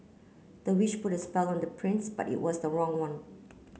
the witch put a spell on the prince but it was the wrong one